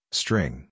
string